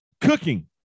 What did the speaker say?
cooking